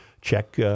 Check